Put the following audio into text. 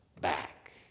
back